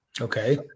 okay